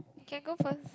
can go first